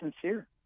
sincere